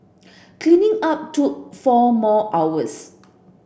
cleaning up took four more hours